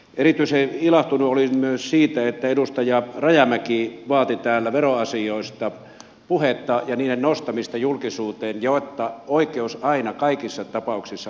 erityisen ilahtunut olin myös siitä että edustaja rajamäki vaati täällä veroasioista puhetta ja niiden nostamista julkisuuteen jotta oikeus aina kaikissa tapauksissa toteutuu